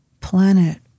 planet